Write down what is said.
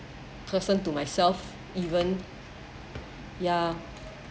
person to myself even ya